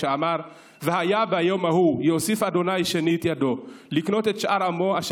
שאמר: "והיה ביום ההוא יוסיף ה' שנית ידו לקנות את שאר עמו אשר